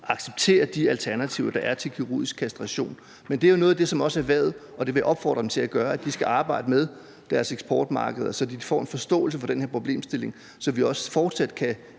accepterer de alternativer, der er til kirurgisk kastration. Men det er jo også noget af det, som erhvervet skal arbejde med, og det vil jeg opfordre dem til at gøre. De skal arbejde med deres eksportmarkeder, så de får en forståelse for den her problemstilling, så vi også fortsat kan